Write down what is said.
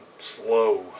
slow